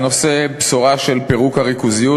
שנושא בשורה של פירוק הריכוזיות,